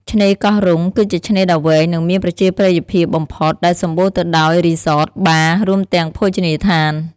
ឆ្នេរកោះរ៉ុង គឺជាឆ្នេរដ៏វែង និងមានប្រជាប្រិយភាពបំផុត ដែលសម្បូរទៅដោយរីសត បារ រួមទាំងភោជនីយដ្ឋាន។